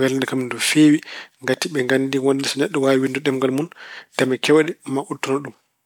welde kam no feewi ngati ɓe nganndi wonde so neɗɗo waawi winndude ɗemngal mun dame keewɗe maa udditano ɗum.